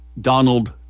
Donald